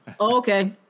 Okay